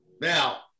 Now